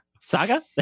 saga